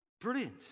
Brilliant